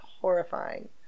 horrifying